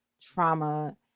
trauma